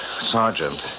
Sergeant